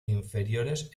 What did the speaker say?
inferiores